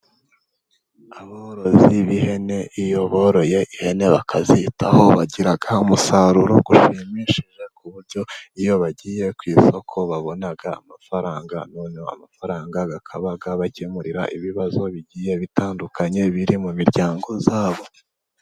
Aborozi b'ihene iyo boroye ihene bakazitaho bagira umusaruro ushimishije ku buryo iyo bagiye ku isoko babona amafaranga. Noneho amafaranga bakaba yabakemurira ibibazo bigiye bitandukanye biri mu miryango yabo.